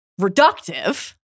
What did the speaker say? reductive